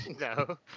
No